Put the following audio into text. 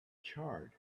charred